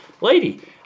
Lady